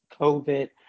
COVID